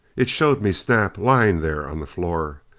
it showed me snap lying there on the floor.